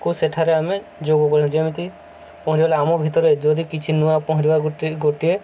ସେଠାରେ ଆମେ ଯୋଗ ଯେମିତି ପହଁରିଲେ ଆମ ଭିତରେ ଯଦି କିଛି ନୂଆ ପହଁରିବା ଗୋଟିେ ଗୋଟିଏ